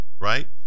right